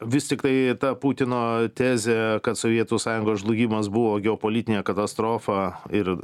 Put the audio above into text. vis tiktai ta putino tezė kad sovietų sąjungos žlugimas buvo geopolitinė katastrofa ir